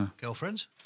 Girlfriends